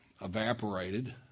evaporated